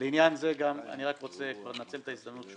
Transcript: אני רק רוצה כבר לנצל את ההזדמנות,